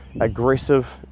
aggressive